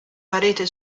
parete